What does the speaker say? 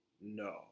No